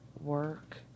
work